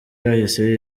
yahise